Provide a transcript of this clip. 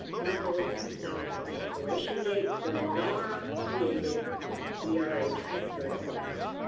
this bulletin established an expiration date for nara created era transfer requests.